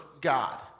God